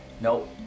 Nope